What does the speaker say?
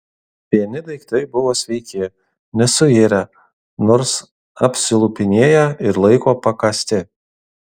vieni daiktai buvo sveiki nesuirę nors apsilupinėję ir laiko pakąsti